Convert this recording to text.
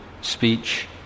speech